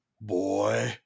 boy